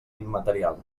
immaterial